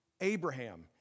Abraham